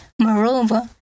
Moreover